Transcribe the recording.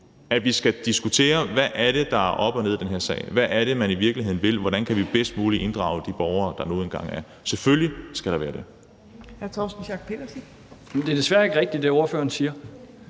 at vi skal diskutere: Hvad er det, der er op og ned i den her sag? Hvad er det, man i virkeligheden vil? Hvordan kan vi bedst muligt inddrage de borgere, der nu engang er? Selvfølgelig skal der være det. Kl. 11:36 Tredje næstformand (Trine